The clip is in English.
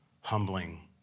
humbling